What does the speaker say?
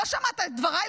לא שמעת את דבריי,